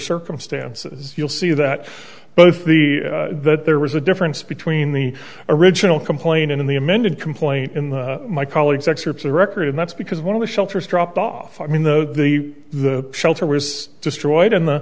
circumstances you'll see that both the that there was a difference between the original complaint and in the amended complaint in the my colleague's excerpt the record and that's because one of the shelters dropped off i mean the the shelter was destroyed in the